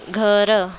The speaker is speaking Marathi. घरं